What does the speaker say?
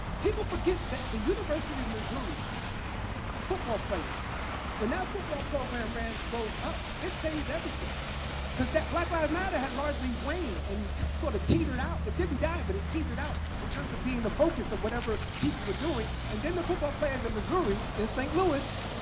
people forget that the university of missouri football players when that football program rose up, it changed everything because that black lives matter had hardly waned and sort of tetered out. it didn't die, but it teetered out in terms of being the focus of whatever people were doing. and then the football players of missouri, in st. louis